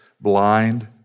blind